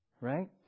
Right